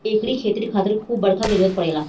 एकरी खेती खातिर खूब बरखा के जरुरत पड़ेला